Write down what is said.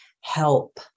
help